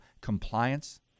compliance